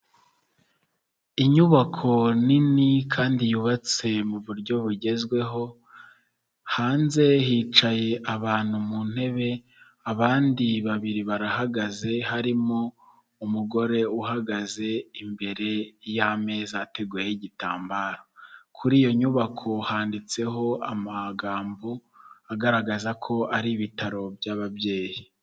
Inyubako nini kandi yubatse mu buryo bugezweho, hanze hicaye abantu mu ntebe abandi babiri barahagaze harimo umugore uhagaze imbere y'ameza ateguyeho igitambaro, kuri iyo nyubako handitseho amagambo agaragaza ko ari ibitaro by'ababyeyi.